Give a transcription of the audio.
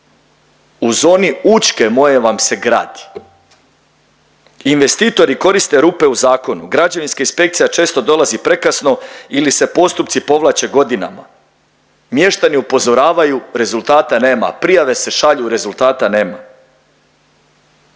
U zoni Učke moje vam se gradi. Investitori koriste rupe u zakonu. Građevinska inspekcija često dolazi prekasno ili se postupci povlače godinama. Mještani upozoravaju, rezultata nema. Prijave se šalju, rezultata nema.